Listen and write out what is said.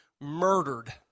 murdered